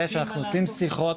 יש, אנחנו עושים שיחות,